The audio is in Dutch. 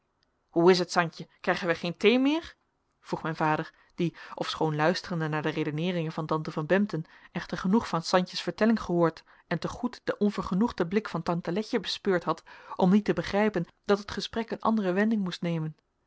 hoe is het santje krijgen wij geen thee meer vroeg mijn vader die ofschoon luisterende naar de redeneeringen van tante van bempden echter genoeg van santjes vertelling gehoord en te goed den onvergenoegden blik van tante letje bespeurd had om niet te begrijpen dat het gesprek een andere wending moest nemen